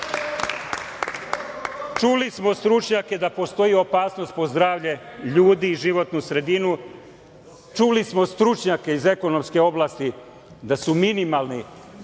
smo stručnjake da postoji opasnost po zdravlje ljudi, životnu sredinu, čuli smo stručnjake iz ekonomske oblasti da su minimalne